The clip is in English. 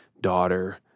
daughter